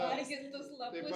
primargintus lapus